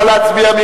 נא להצביע.